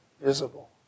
visible